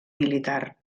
militar